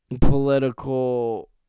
Political